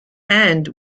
and